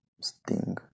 sting